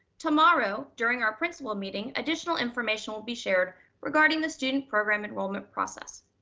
tomorrow, during our principal meeting, additional information will be shared regarding the student program enrollment process.